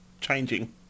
changing